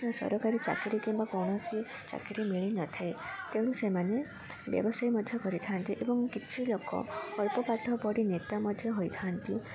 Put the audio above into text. ସରକାରୀ ଚାକିରୀ କିମ୍ବା କୌଣସି ଚାକିରୀ ମିଳିନଥାଏ ତେଣୁ ସେମାନେ ବ୍ୟବସାୟୀ ମଧ୍ୟ କରିଥାନ୍ତି ଏବଂ କିଛି ଲୋକ ଅଳ୍ପ ପାଠ ପଢ଼ି ନେତା ମଧ୍ୟ ହୋଇଥାନ୍ତି